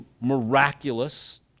miraculous